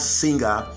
singer